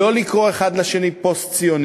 לא לקרוא האחד לשני "פוסט-ציונים";